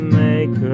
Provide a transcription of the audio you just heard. make